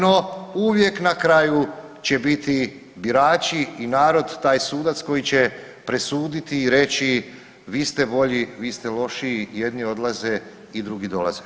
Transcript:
No uvijek na kraju će biti birači i narod taj sudac koji će presuditi i reći vi ste bolji, vi ste lošiji, jedini odlaze i drugi dolaze.